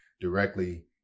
directly